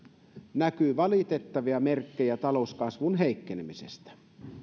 näkyy valitettavia merkkejä talouskasvun heikkenemisestä